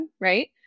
Right